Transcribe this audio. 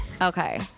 Okay